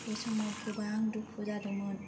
बे समाव गोबां दुखु जादोंमोन